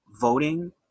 voting